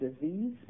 disease